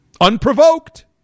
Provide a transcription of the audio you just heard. Unprovoked